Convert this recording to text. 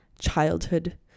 childhood